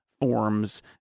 forms